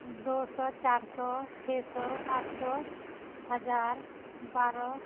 दू सए चारि सए छओ सए आठ सए हजार बारह